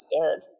scared